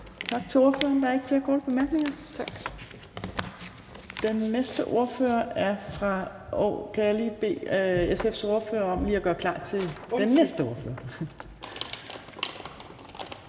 Tak til ordføreren. Der er ikke flere korte bemærkninger, og kan jeg lige bede SF's ordfører om at gøre klar til den næste ordfører?